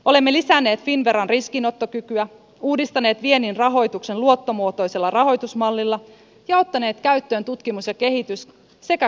olemme lisänneet finnveran riskinottokykyä uudistaneet viennin rahoituksen luottomuotoisella rahoitusmallilla ja ottaneet käyttöön tutkimus ja kehitys sekä kasvukannustimet